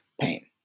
pain